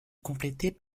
complétée